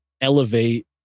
elevate